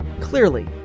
Clearly